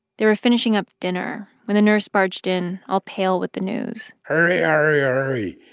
they were finishing up dinner when the nurse barged in all pale with the news hurry, ah hurry, ah hurry,